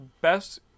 best